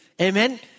Amen